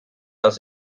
als